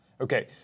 Okay